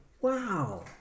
Wow